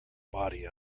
body